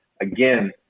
Again